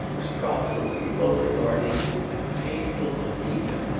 was profitable to both parties and painful to neither.